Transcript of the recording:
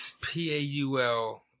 P-A-U-L